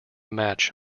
match